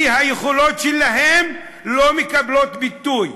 כי היכולות שלהם לא מקבלות ביטוי.